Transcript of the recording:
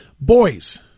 Boys